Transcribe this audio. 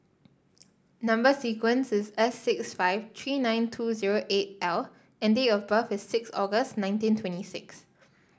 number sequence is S six five three nine two zero eight L and date of birth is six August nineteen twenty six